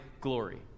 glory